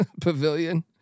pavilion